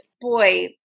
boy